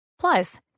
Plus